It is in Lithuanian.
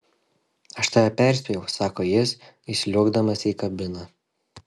aš tave perspėjau sako jis įsliuogdamas į kabiną